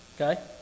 okay